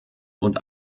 und